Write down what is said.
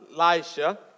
Elisha